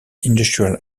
industrial